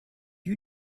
you